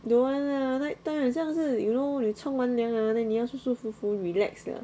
don't want lah night time 很像是 you know you 冲完凉 [ah]then 你要舒舒服服 relax 了